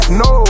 no